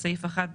בסעיף 1,